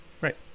Right